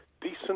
decent